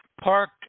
park